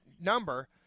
number